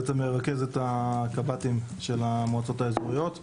בעצם מרכז את הקב"טים של המועצות האזוריות.